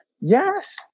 yes